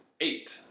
eight